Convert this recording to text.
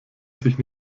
sich